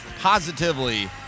positively